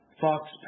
Fox